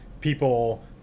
people